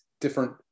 different